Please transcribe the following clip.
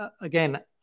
again